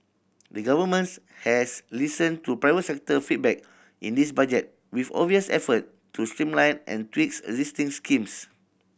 the Governments has listened to private sector feedback in this Budget with obvious effort to streamline and tweak existing schemes